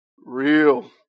Real